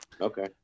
Okay